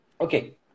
Okay